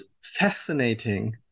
fascinating